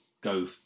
go